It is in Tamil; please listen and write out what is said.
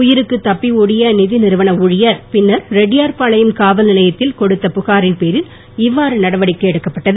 உயிருக்கு தப்பி ஓடிய நிதி நிறுவன ஊழியர் பின்னர் ரெட்டியார்பாளையம் காவல் நிலையத்தில் கொடுத்த புகாரின் பேரில் இவ்வாறு நடவடிக்கை எடுக்கப்பட்டது